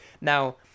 Now-